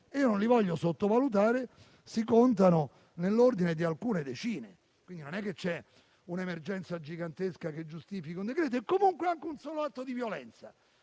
- io non li voglio sottovalutare - si contano nell'ordine di alcune decine. Non c'è un'emergenza gigantesca che giustifica un decreto e, comunque, anche un solo atto di violenza